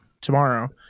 tomorrow